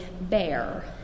bear